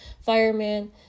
fireman